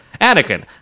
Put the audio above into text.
Anakin